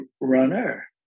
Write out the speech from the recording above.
runner